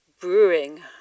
brewing